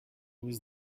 was